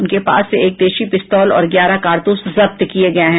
उसके पास से एक देशी पिस्तौल और ग्यारह कारतूस जब्त किये गये हैं